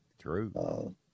true